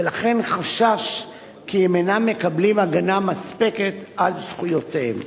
ולכן חשש כי הם אינם מקבלים הגנה מספקת על זכויותיהם.